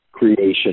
creation